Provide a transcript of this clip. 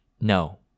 No